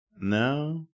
No